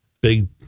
big